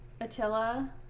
Attila